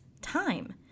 time